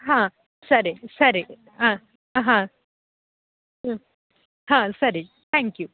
ಹಾಂ ಸರಿ ಸರಿ ಹಾಂ ಹಾಂ ಹ್ಞೂ ಹಾಂ ಸರಿ ತ್ಯಾಂಕ್ ಯು